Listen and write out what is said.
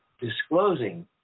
disclosing